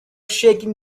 shaking